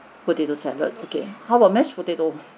potato salad okay how about mashed potato